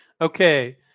Okay